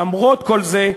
למרות כל זה.